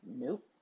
Nope